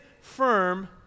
firm